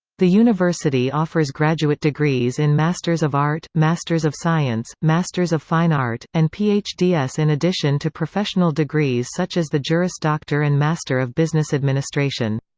the university offers graduate degrees in master's of art, master's of science, master's of fine art, and ph d s in addition to professional degrees such as the juris doctor and master of business administration.